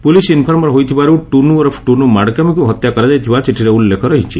police informer ହୋଇଥିବାରୁ ଟୁନୁ ଓରଫ୍ ଟୁନୁ ମାଡ଼କାମୀକୁ ହତ୍ୟା କରାଯାଇଥିବା ଚିଠିରେ ଉଲ୍ଲେଖ ରହିଛି